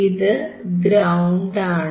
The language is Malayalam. ഇത് ഗ്രൌണ്ട് ആണ്